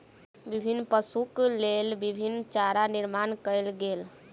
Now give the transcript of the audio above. विभिन्न पशुक लेल विभिन्न चारा निर्माण कयल गेल